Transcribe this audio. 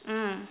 mm